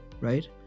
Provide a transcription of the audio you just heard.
right